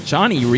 Johnny